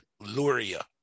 Luria